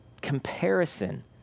Comparison